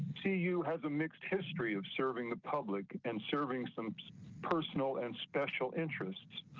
see you has a mixed history of serving the public and serving some personal and special interests.